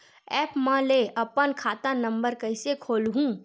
App म ले अपन खाता नम्बर कइसे खोलहु?